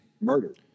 murder